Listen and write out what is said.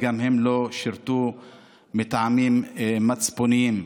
וגם הם לא שירתו מטעמים מצפוניים.